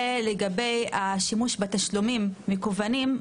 לגבי השימוש בתשלומים מקוונים,